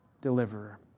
Deliverer